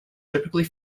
typically